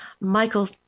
Michael